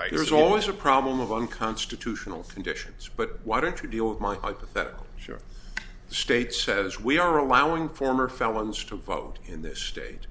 right there is always a problem of unconstitutional conditions but why don't you deal with my hypothetical sure the state says we are allowing former felons to vote in this state